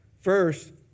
First